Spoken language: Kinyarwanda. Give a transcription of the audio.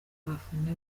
abafana